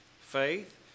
faith